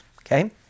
Okay